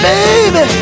Baby